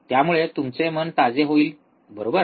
त्यामुळे तुमचे मन ताजे होईल बरोबर